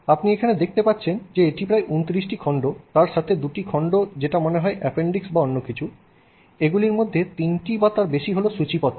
আপনি এখানে যেটা দেখতে পাচ্ছেন এটিতে প্রায় 29 টি খণ্ড তার সাথে দুটি অন্য খণ্ড যেটা মনে হয় অ্যাপেন্ডিক্স বা অন্য কিছু এগুলির মধ্যে তিনটি বা তার বেশি হলো সূচিপত্র